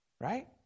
right